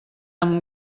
amb